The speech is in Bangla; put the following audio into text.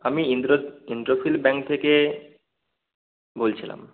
আমি ব্যাঙ্ক থেকে বলছিলাম